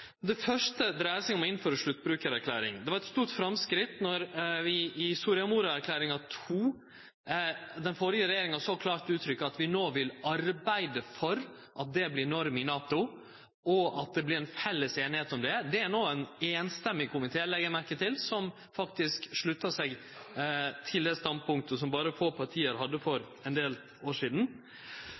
Det første dreier seg om å innføre sluttbrukarerklæring. Det var eit stort framsteg då vi i Soria Moria II-erklæringa til den førre regjeringa så klart uttrykte at vi no ville arbeide for at det vart norma i NATO, og at det vart ei felles einigheit om det. Det er no ein samrøystes komité, legg eg merke til, som faktisk sluttar seg til det standpunktet som berre få parti hadde for ein del år sidan.